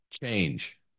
change